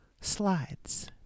slides